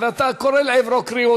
קורא לעברו קריאות,